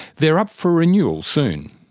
they're up for renewal soon.